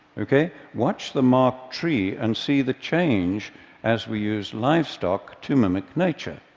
okay? watch the marked tree and see the change as we use livestock to mimic nature.